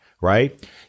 Right